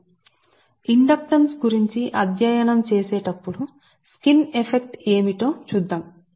మీరు ఇండక్టెన్స్ను అధ్యయనం చేసినప్పుడు స్కిన్ ఎఫెక్ట్ ఏమిటో చూస్తారు